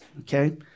Okay